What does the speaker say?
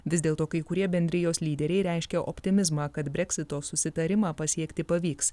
vis dėlto kai kurie bendrijos lyderiai reiškia optimizmą kad breksito susitarimą pasiekti pavyks